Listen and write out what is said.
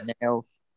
nails